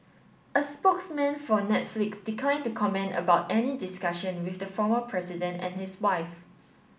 a spokesman for Netflix declined to comment about any discussion with the former president and his wife